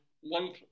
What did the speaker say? one